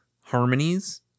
harmonies